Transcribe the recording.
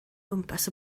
gwmpas